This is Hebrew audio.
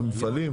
במפעלים?